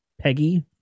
Peggy